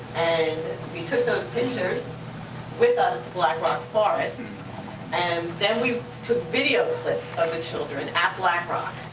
and we took those pictures with us to black rock forest and then we took video clips of the children at black rock.